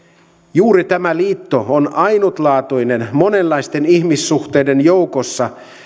juuri tämä liitto on ainutlaatuinen monenlaisten ihmissuhteiden joukossa